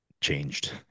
changed